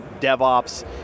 DevOps